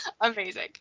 amazing